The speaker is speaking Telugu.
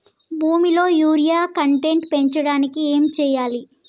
భూమిలో యూరియా కంటెంట్ పెంచడానికి ఏం చేయాలి?